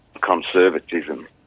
conservatism